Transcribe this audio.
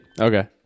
Okay